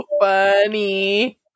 funny